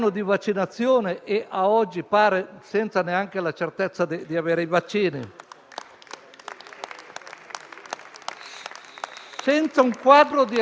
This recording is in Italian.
Non si può prevedere solo ristoro o proroghe, anziché percorsi per uscirne, come per le cartelle esattoriali.